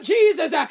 Jesus